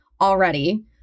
already